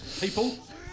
people